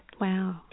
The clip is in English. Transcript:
Wow